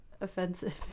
offensive